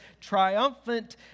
triumphant